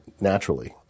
naturally